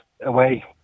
away